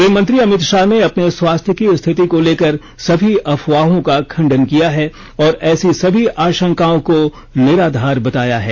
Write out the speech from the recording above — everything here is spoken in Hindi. गृह मंत्री अमित शाह ने अपने स्वास्थ्य की स्थिति को लेकर सभी अफवाहों का खण्डन किया है और ऐसी सभी आशंकाओं को निराधार बताया है